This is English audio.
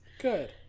good